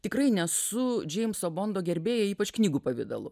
tikrai nesu džeimso bondo gerbėja ypač knygų pavidalu